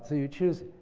so you choose,